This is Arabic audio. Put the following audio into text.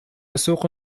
سوق